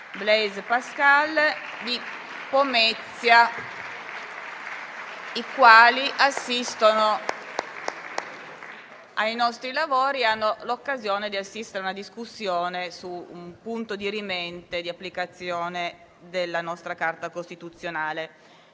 in provincia di Roma, che stanno assistendo ai nostri lavori, che hanno l'occasione di assistere a una discussione su un punto dirimente di applicazione della nostra Carta costituzionale.